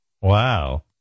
wow